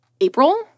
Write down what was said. April